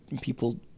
People